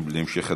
להמשך הדיון.